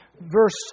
verse